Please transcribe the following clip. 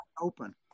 open